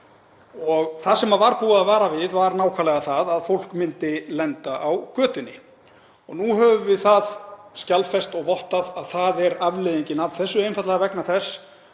Það sem var búið að vara við var nákvæmlega það að fólk myndi lenda á götunni. Nú höfum við það skjalfest og vottað að það er afleiðingin af þessu einfaldlega vegna þess